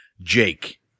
Jake